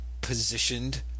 positioned